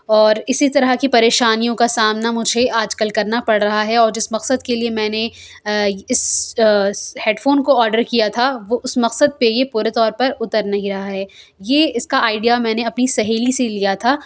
اور اسی طرح کی پریشانیوں کا سامنا مجھے آج کل کرنا پڑ رہا ہے اور جس مقصد کے لیے میں نے اس ہیڈ فون کو آڈر کیا تھا وہ اس مقصد پہ یہ پورے طور پر اتر نہیں رہا ہے یہ اس کا آئیڈیا میں نے اپنی سہیلی سے لیا تھا